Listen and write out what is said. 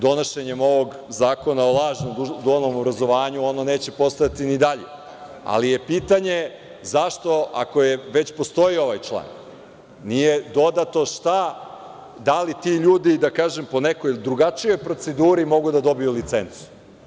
Donošenjem ovog zakona o lažnom dualnom obrazovanju ono neće postojati ni dalje, ali je pitanje – zašto, ako već postoji ovaj član, nije dodato da li ti ljudi, da kažem, po nekoj drugačijoj proceduri mogu da dobiju licencu?